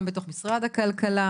גם בתוך משרד הכלכלה.